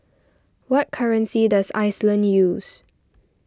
what currency does Iceland use